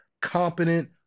competent